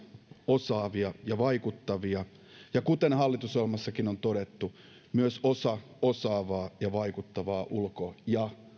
osaavia ja vaikuttavia ja kuten hallitusohjelmassakin on todettu myös osa osaavaa ja vaikuttavaa ulko ja